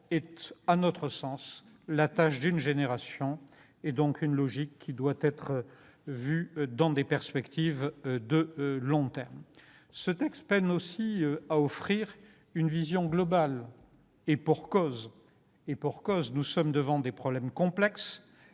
est, à notre sens, la tâche d'une génération et relève, donc, d'une logique qui doit être étudiée dans une perspective de long terme. Ce texte peine aussi à offrir une vision globale. Et pour cause ! Nous sommes devant des problèmes complexes,